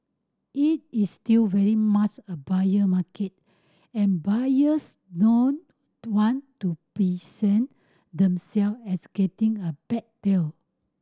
it is still very much a buyer market and buyers don't want to themselves as getting a 'bad' deal